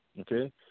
Okay